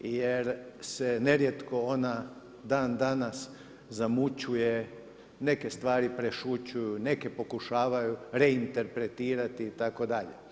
Jer se nerijetko ona dan danas zamućuje, neke stvari prešućuju, neke pokušavaju reinterpretirati itd.